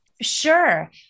Sure